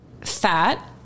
fat